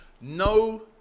No